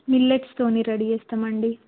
మిల్లెట్స్తోని ready చేస్తామండి